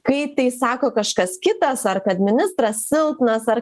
kai tai sako kažkas kitas ar kad ministras silpnas ar